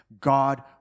God